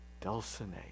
Dulcinea